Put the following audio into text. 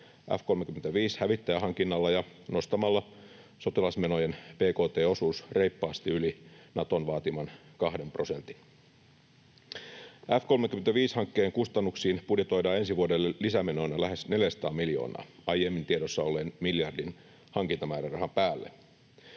F-35-hävittäjähankinnalla ja nostamalla sotilasmenojen bkt-osuus reippaasti yli Naton vaatiman kahden prosentin. F-35-hankkeen kustannuksiin budjetoidaan ensi vuodelle lisämenoina lähes 400 miljoonaa aiemmin tiedossa olleen miljardin hankintamäärärahan päälle.